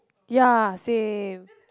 ya same